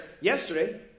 yesterday